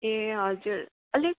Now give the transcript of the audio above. ए हजुर अलिक